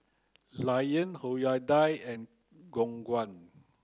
Lion Hyundai and Khong Guan